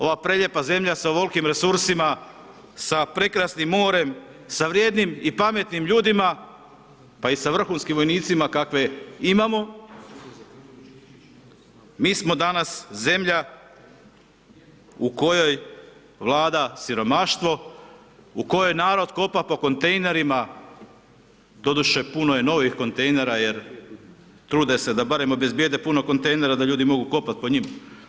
Ova prelijepa zemlja sa ovolikim resursima, sa prekrasnim morem, sa vrijednim i pametnim ljudima, pa i sa vrhunskim vojnicima kakve imamo, mi smo danas zemlja u kojoj vlada siromaštvo, u kojoj narod kopa po kontejnerima, doduše, puno je novih kontejnera jer trude se da barem obezbjede puno kontejnera da ljudi mogu kopat po njima.